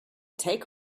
take